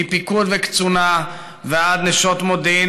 מפיקוד וקצונה ועד נשות מודיעין,